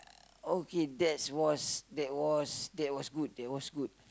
okay that's was that was that was good that was good